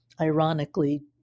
ironically